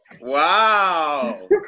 Wow